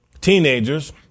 teenagers